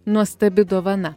nuostabi dovana